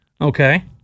Okay